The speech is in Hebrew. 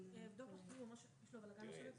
נסתפק בתשובה הזאת.